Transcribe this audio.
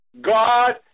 God